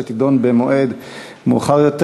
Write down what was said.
שתידון במועד מאוחר יותר.